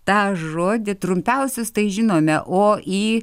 tą žodį trumpiausius tai žinome o į